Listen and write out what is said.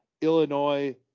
Illinois